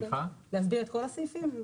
להסביר את כל הסעיפים?